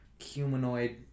humanoid